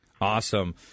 Awesome